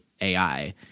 AI